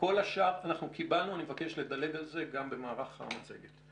אני מבקש לדלג על זה גם במהלך המצגת.